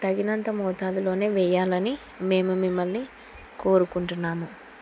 తగినంత మోతాదులోనే వెయ్యాలని మేము మిమ్మల్ని కోరుకుంటున్నాము